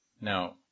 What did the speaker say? Now